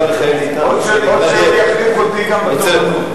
או שהוא יחליף אותי גם בתורנות.